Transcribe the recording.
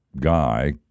guy